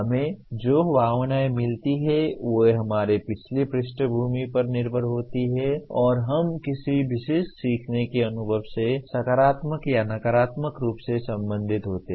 हमें जो भावनाएँ मिलती हैं वे हमारी पिछली पृष्ठभूमि पर निर्भर होती हैं और हम किसी विशेष सीखने के अनुभव से सकारात्मक या नकारात्मक रूप से संबंधित होते हैं